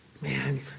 Man